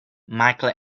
micheal